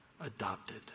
adopted